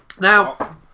Now